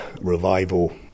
revival